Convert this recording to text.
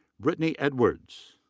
britnie edwards.